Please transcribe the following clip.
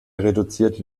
reduzierte